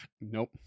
nope